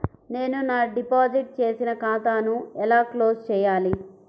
నేను నా డిపాజిట్ చేసిన ఖాతాను ఎలా క్లోజ్ చేయాలి?